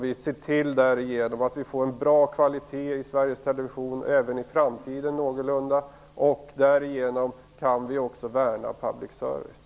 Vi ser därigenom till att vi får en någorlunda bra kvalitet i Sveriges Television även i framtiden, och därigenom kan vi också värna public service.